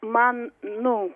man nu